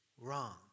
wrong